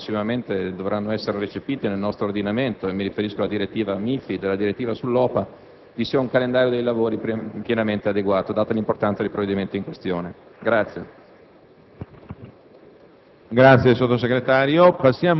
su provvedimenti di questo tipo (ve ne sono altri che prossimamente dovranno essere recepiti nel nostro ordinamento: mi riferisco ad esempio alla direttiva MIFID, alla direttiva sull'OPA) vi sia un calendario dei lavori pienamente adeguato, data l'importanza dei provvedimenti in questione.